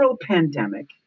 pandemic